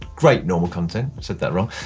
great normal content, said that wrong,